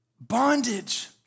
bondage